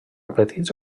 petits